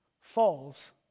falls